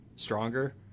Stronger